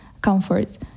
comfort